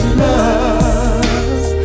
love